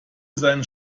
seinen